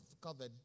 covered